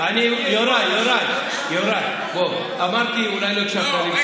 יוראי, בוא, אולי לא הקשבת לי.